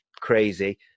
crazy